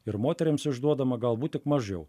ir moterims išduodama galbūt tik mažiau